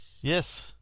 Yes